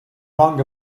wrong